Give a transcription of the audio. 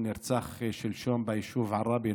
הוא נרצח שלשום ביישוב עראבה,